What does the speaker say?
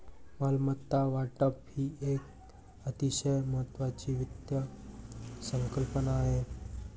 मालमत्ता वाटप ही एक अतिशय महत्वाची वित्त संकल्पना आहे